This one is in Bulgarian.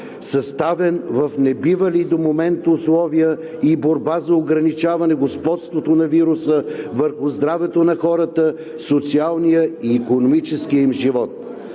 съставен в небивали до момента условия и борба за ограничаване господството на вируса върху здравето на хората, социалния и икономическия им живот.